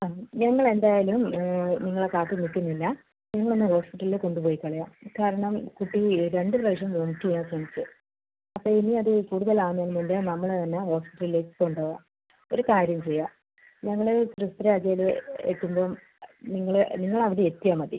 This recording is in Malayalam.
ആ ഞങ്ങൾ എന്തായാലും നിങ്ങളെ കാത്ത് നിൽക്കുന്നില്ല ഞങ്ങൾ എന്നാൽ ഹോസ്പിറ്റലിൽ കൊണ്ട് പോയി കളയാം കാരണം കുട്ടി രണ്ട് പ്രാവശ്യം വൊമിറ്റ് ചെയ്യാൻ ശ്രമിച്ചു അപ്പോൾ ഇനി അത് കൂടുതൽ ആകുന്നേന് മുന്നേ നമ്മൾ തന്നെ ഹോസ്പിറ്റലിലേക്ക് കൊണ്ടോവാ ഒരു കാര്യം ചെയ്യാം ഞങ്ങൾ ട്രിപ്പ് രാജേൽ എത്തുമ്പോൾ നിങ്ങൾ നിങ്ങൾ അവിടെ എത്തിയാൽ മതി